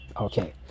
okay